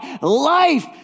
life